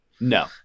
No